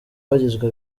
bagizwe